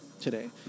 today